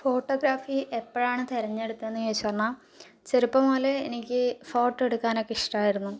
photography എപ്പോഴാണ് തിരഞ്ഞെടുത്തതെന്ന് ചോദിച്ചുപറഞ്ഞാൽ ചെറുപ്പം മുതലേ എനിക്ക് ഫോട്ടോ എടുക്കാനൊക്കെ ഇഷ്ടമായിരുന്നു